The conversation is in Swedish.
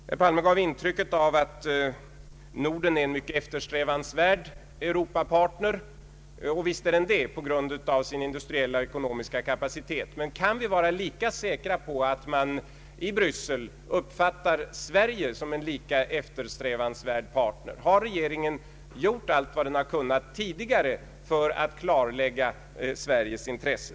Herr Palme gav intrycket av att Norden är en mycket eftersträvansvärd Europapartner. Visst är den det på grund av sin industriella och ekonomiska kapacitet. Men kan vi vara lika säkra på att man i Bryssel uppfattar Sverige som en lika eftersträvansvärd partner? Har regeringen gjort allt vad den har kunnat tidigare för att klarlägga Sveriges intresse?